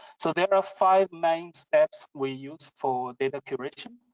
so there are five main steps we use for data curation.